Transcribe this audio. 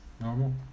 Normal